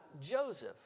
Joseph